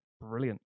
brilliant